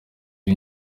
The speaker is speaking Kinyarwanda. iri